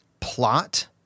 plot